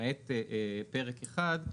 למעט בפרק אחד,